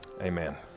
amen